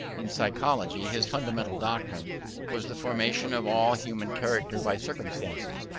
in psychology, his fundamental doctrine was the formation of all human character by circumstances,